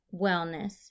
wellness